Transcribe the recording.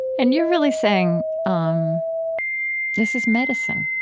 and you're really saying um this is medicine.